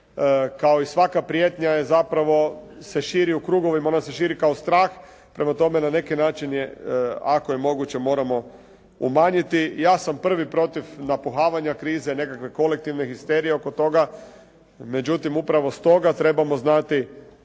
kao i svaka prijetnja je zapravo se širi u krugovima. Ona se širi kao strah. Prema tome na neki način je ako je moguće moramo umanjiti. Ja sam prvi protiv napuhavanja krize, nekakve kolektivne histerije oko toga. Međutim upravo stoga trebamo znati